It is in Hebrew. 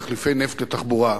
תחליפי נפט לתחבורה: